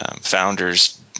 founders